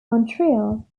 montreal